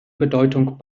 bedeutung